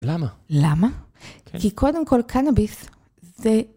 למה? למה? כי קודם כל קנאביס זה...